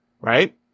right